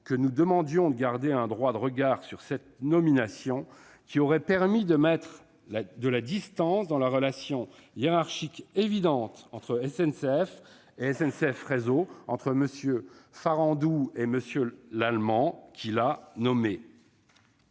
que nous demandions de garder un droit de regard sur cette nomination, qui aurait permis de mettre de la distance dans la relation hiérarchique évidente entre la SNCF et SNCF Réseau, entre M. Luc Lallemand et M.